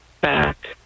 back